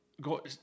go